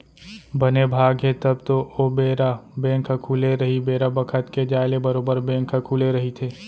बने भाग हे तब तो ओ बेरा बेंक ह खुले रही बेरा बखत के जाय ले बरोबर बेंक ह खुले रहिथे